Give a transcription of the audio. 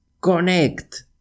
connect